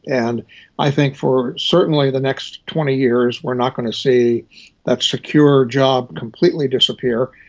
and i think for certainly the next twenty years we are not going to see that secure job completely disappear,